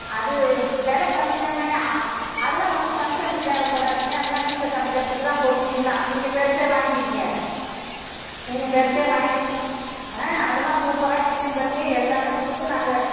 அது வில கம்மி தாங்க அதெல்லாம் வந்து ஃபங்க்ஷனுக்கு தேவைப்படாதுங்க அதெல்லாம் வீட்டில் சமைக்கிறதுக்கு தான் பொடி மீன் எல்லாம் நீங்கள் பெருசே வாங்கிக்கங்க நீங்கள் பெருசே வாங்கிக்கிங்க ஆ அதெல்லாம் சூப்பராக க்ளீன் பண்ணி எல்லாமே கொடுத்து நாங்கள்